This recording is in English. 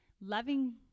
loving